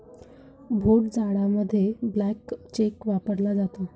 भोट जाडामध्ये blank cheque वापरला जातो